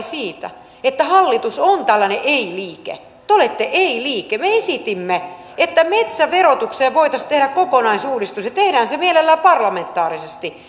siitä että hallitus on tällainen ei liike te olette ei liike me esitimme että metsäverotukseen voitaisiin tehdä kokonaisuudistus ja tehdään se mielellään parlamentaarisesti